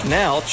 now